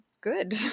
Good